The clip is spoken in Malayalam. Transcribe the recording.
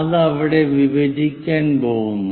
അത് അവിടെ വിഭജിക്കാൻ പോകുന്നു